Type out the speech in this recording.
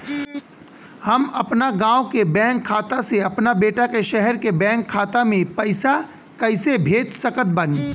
हम अपना गाँव के बैंक खाता से अपना बेटा के शहर के बैंक खाता मे पैसा कैसे भेज सकत बानी?